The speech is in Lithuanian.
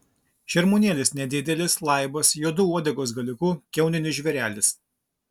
šermuonėlis nedidelis laibas juodu uodegos galiuku kiauninis žvėrelis